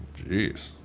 Jeez